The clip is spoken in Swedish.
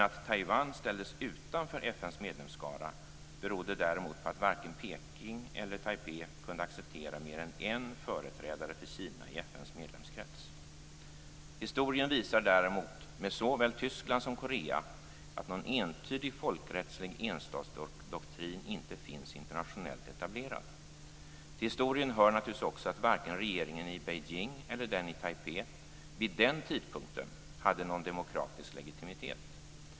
Att Taiwan ställdes utanför FN:s medlemsskara berodde däremot på att varken Beijing eller Taipei kunde acceptera mer än en företrädare för Kina i FN:s medlemskrets. Historien visar däremot, med såväl Tyskland som Korea, att någon entydig folkrättslig enstatsdoktrin inte finns internationellt etablerad. Till historien hör naturligtvis också att varken regeringen i Beijing eller den i Taipei vid den tidpunkten hade någon demokratisk legitimitet.